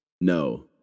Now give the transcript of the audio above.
No